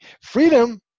Freedom